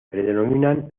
predominan